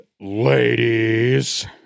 ladies